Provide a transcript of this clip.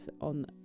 on